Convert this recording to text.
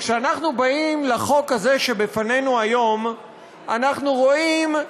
כשאנחנו באים לחוק הזה שבפנינו היום אנחנו רואים את